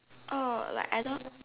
oh like I don't